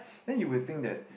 then you will think that